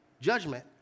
judgment